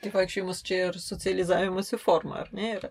tai vaikščiojimas čia ir socializavosi forma ar ne yra